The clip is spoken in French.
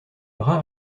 bras